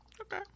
Okay